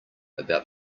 about